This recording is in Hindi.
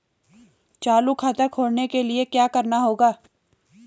चालू खाता खोलने के लिए क्या करना होगा?